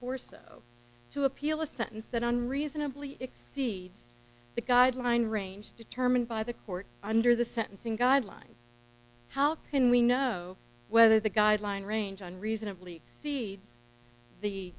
force to appeal a sentence that unreasonably exceeds the guideline range determined by the court under the sentencing guidelines how can we know whether the guideline range on reasonably seeds the